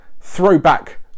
throwback